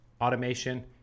automation